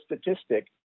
statistic